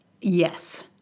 Yes